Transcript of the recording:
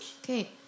Okay